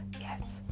yes